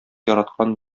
яраткан